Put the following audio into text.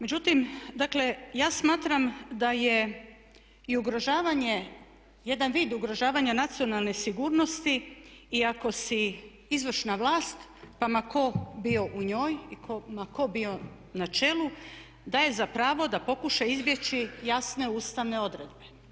Međutim, dakle ja smatram da je i ugrožavanje, jedan vid ugrožavanja nacionalne sigurnost i ako si izvršna vlast pa ma tko bio u njoj i ma tko bio na čelu daje za pravo da pokuša izbjeći jasne ustavne odredbe.